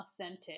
authentic